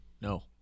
No